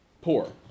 poor